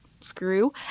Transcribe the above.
screw